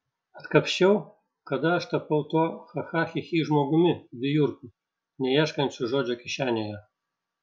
atkapsčiau kada aš tapau tuo cha cha chi chi žmogumi vijurku neieškančiu žodžio kišenėje